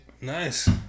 Nice